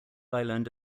island